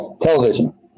television